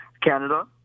Canada